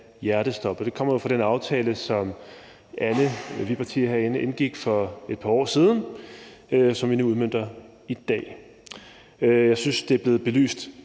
hjertestop. Det kommer af den aftale, som alle vi partier herinde indgik for et par år siden, og som vi nu udmønter i dag. Jeg synes, det er blevet belyst